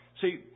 See